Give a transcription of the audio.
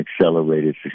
accelerated